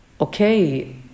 okay